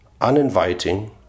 uninviting